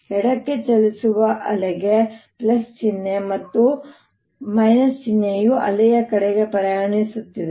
ಎಡಕ್ಕೆ ಚಲಿಸುವ ಅಲೆಗೆ ಚಿಹ್ನೆ ಮತ್ತು ಚಿಹ್ನೆಯು ಅಲೆಯ ಕಡೆಗೆ ಪ್ರಯಾಣಿಸುತ್ತದೆ